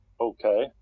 Okay